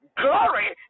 glory